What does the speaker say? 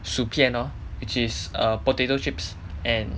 薯片 lor which is err potato chips and